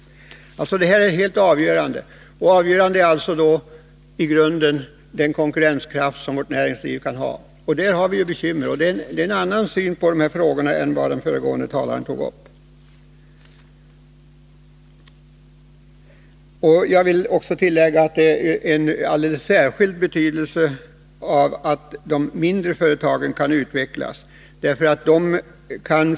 Det i grunden avgörande för om vi skall kunna lösa detta är alltså hur konkurrenskraften i vårt näringsliv utvecklas. Det är en annan syn på de här frågorna än den som föregående talare redovisade. Jag vill tillägga att det är av alldeles särskilt stor betydelse att de mindre företagen kan utvecklas.